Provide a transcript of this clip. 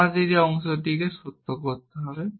আমাদের এই অংশটিকে সত্য করতে হবে